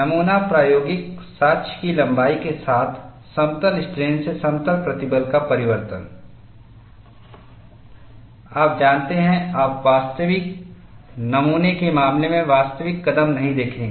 नमूना प्रायोगिक साक्ष्य की लंबाई के साथ समतल स्ट्रेन से समतल प्रतिबल का परिवर्तन आप जानते हैं आप वास्तविक नमूने के मामले में वास्तविक कदम नहीं देखेंगे